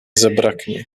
zbraknie